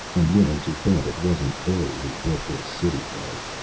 i'm willing to bet it wasn't they who built this city, though.